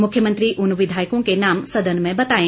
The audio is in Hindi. मुख्यमन्त्री उन विधायकों के नाम सदन में बताएं